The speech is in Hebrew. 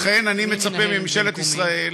אני מצפה מממשלת ישראל